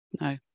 No